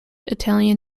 italian